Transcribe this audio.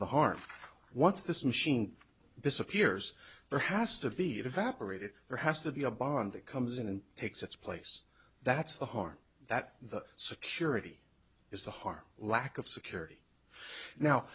the hard once this machine disappears there has to be evaporated there has to be a bond that comes in and takes its place that's the harm that the security is the harm lack of security now